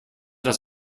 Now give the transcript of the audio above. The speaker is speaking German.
das